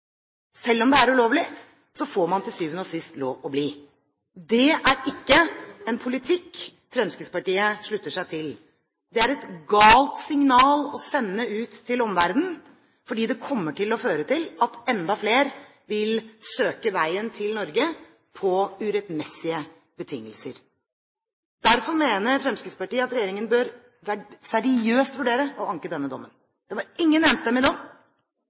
selv om det er ulovlig – får man til syvende og sist lov til å bli. Det er ikke en politikk Fremskrittspartiet slutter seg til. Det er et galt signal å sende ut til omverdenen. Det kommer til å føre til at enda flere vil søke veien til Norge, på urettmessige betingelser. Derfor mener Fremskrittspartiet at regjeringen seriøst bør vurdere å anke denne dommen. Det var ingen